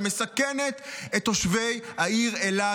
שמסכנת את תושבי העיר אילת,